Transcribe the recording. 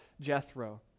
Jethro